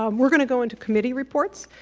um we're going to go into committee reports,